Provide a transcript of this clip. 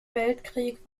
weltkrieg